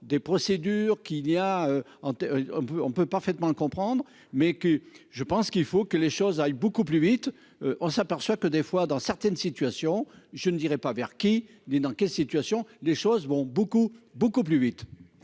des procédures qui, il y a en on peut, on peut parfaitement le comprendre, mais que je pense qu'il faut que les choses aillent beaucoup plus vite, on s'aperçoit que des fois, dans certaines situations, je ne dirais pas vers qui il dans quelle situation les choses vont beaucoup beaucoup plus vite.